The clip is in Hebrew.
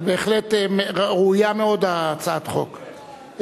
אבל בהחלט ראויה מאוד הצעת החוק.